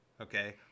Okay